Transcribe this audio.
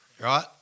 right